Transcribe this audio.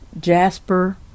jasper